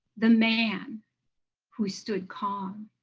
the man who stood calm.